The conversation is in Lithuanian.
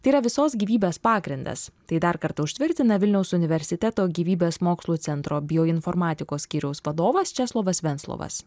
tai yra visos gyvybės pagrindas tai dar kartą užtvirtina vilniaus universiteto gyvybės mokslų centro bioinformatikos skyriaus vadovas česlovas venclovas